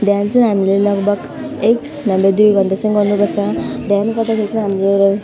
ध्यान चाहिँ हामीले लगभग एक हामीले दुई घन्टासम्म गर्नु पर्छ ध्यान गर्दाखेरि चाहिँ हामीले